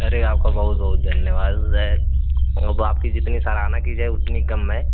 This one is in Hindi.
अरे आपका बहुत बहुत धन्यवाद है अब आपकी जितनी सराहना की जाए उतनी कम है